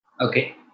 okay